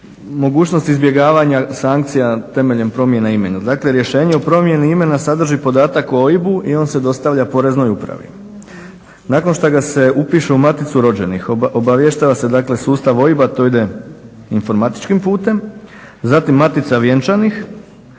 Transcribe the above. mogućnost izbjegavanja sankcija temeljem promjena imena. Dakle rješenje o promjeni imena sadrži podatak o OIB-u i on se dostavlja poreznoj upravi. Nakon što ga se upiše u Maticu rođenih obavještava se dakle sustav OIB-a, to ide informatičkim putem, zatim Matica vjenčanih,